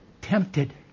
tempted